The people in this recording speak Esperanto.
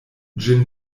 ĝin